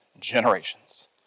generations